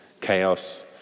chaos